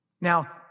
Now